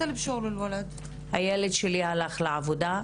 הילד שלי הלך לעבודה,